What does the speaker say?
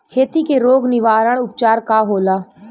खेती के रोग निवारण उपचार का होला?